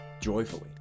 joyfully